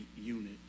unit